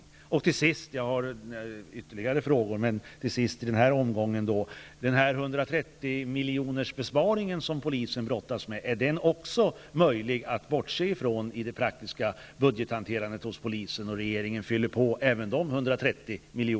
Till sist vill jag i den här omgången -- jag har ytterligare frågor -- ställa frågan: Är den besparing på 130 milj.kr. som polisen brottas med möjlig att bortse ifrån i det praktiska budgethanterandet hos polisen? Fyller regeringen på även dessa 130